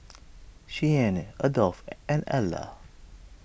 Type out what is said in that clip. Cheyanne Adolf and Alla